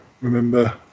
remember